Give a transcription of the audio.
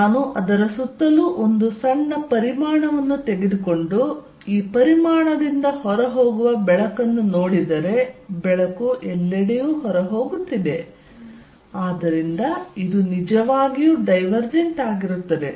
ನಾನು ಅದರ ಸುತ್ತಲೂ ಒಂದು ಸಣ್ಣ ಪರಿಮಾಣವನ್ನು ತೆಗೆದುಕೊಂಡು ಈ ಪರಿಮಾಣದಿಂದ ಹೊರಹೋಗುವ ಬೆಳಕನ್ನು ನೋಡಿದರೆ ಬೆಳಕು ಎಲ್ಲೆಡೆಯೂ ಹೊರಹೋಗುತ್ತಿದೆ ಆದ್ದರಿಂದ ಇದು ನಿಜವಾಗಿಯೂ ಡೈವರ್ಜೆಂಟ್ ಆಗಿರುತ್ತದೆ